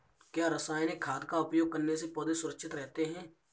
क्या रसायनिक खाद का उपयोग करने से पौधे सुरक्षित रहते हैं?